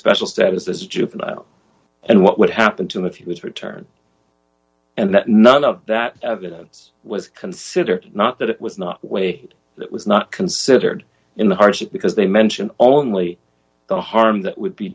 special status as a juvenile and what would happen to him if he was returned and that none of that evidence was considered not that it was not weight that was not considered in the hardship because they mention only the harm that would be